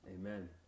Amen